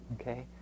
Okay